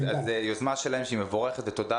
אז זו יוזמה שלהם, וזו יוזמה מבורכת.